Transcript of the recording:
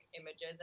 images